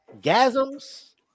gasms